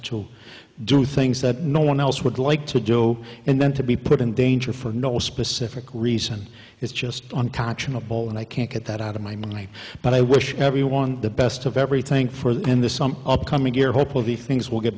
to do things that no one else would like to do and then to be put in danger for no specific reason it's just on conscionable and i can't get that out of my mind but i wish everyone the best of everything for them this some upcoming year hopefully things will get